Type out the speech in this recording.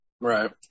Right